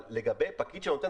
אבל לגבי הפקיד שנותן,